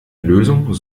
lösung